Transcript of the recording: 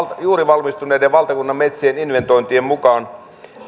juuri valmistuneiden valtakunnan metsien inventointien mukaan